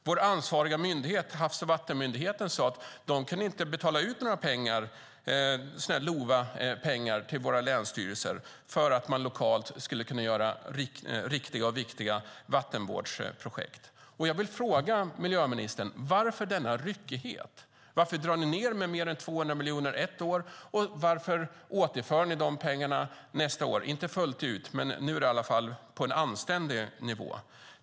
Vår ansvariga myndighet, Havs och vattenmyndigheten, sade att de inte kan betala ut några LOVA-pengar till våra länsstyrelser så att de lokalt kan göra riktiga och viktiga vattenvårdsprojekt. Jag vill fråga miljöministern: Varför denna ryckighet? Varför drar ni ned med mer än 200 miljoner ett år? Och varför återför ni de pengarna nästa år? Ni gör det inte fullt ut, men nu är det i alla fall på en anständig nivå.